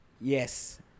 yes